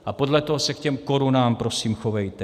A podle toho se k těm korunám prosím chovejte.